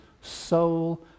soul